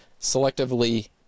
selectively